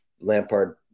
Lampard